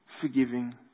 forgiving